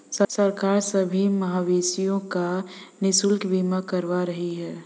सरकार सभी मवेशियों का निशुल्क बीमा करवा रही है